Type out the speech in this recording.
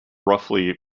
roughly